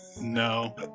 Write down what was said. no